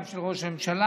גם של ראש הממשלה,